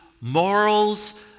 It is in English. morals